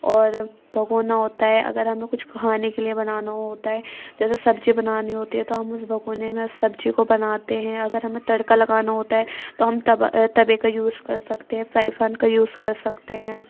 اور بھگونا ہوتا ہے اگر ہمیں کچھ کھانے کے لیے بنانا ہوتا ہے جیسے سبزی بنانی ہوتی ہے تو ہم اس بھگونے میں سبزی کو بناتے ہیں اگر ہمیں تڑکا لگانا ہوتا ہے تو ہم توے کا یوز کر سکتے ہیں فرائی پین کا یوز کر سکتے ہیں